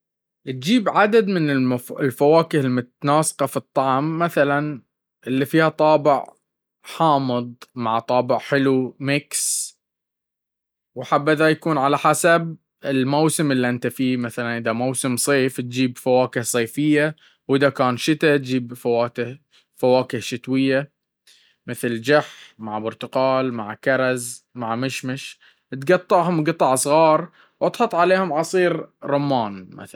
تجلب عدد من الفواكه المتناسقة في الطعم مثلا ذات طابع حامض مع طابع حلو ومثلا فواكه صيفية أو شتوية مثال جح مع برتقال مع كرز مع مشمش تقطعم قطع صغيرة وتحط عليهم عصير رمان.